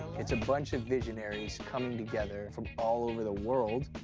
it's a bunch of visionaries coming together from all over the world.